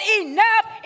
enough